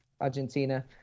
Argentina